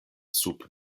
sub